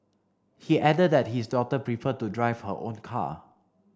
he added that his daughter preferred to drive her own car